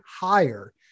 Higher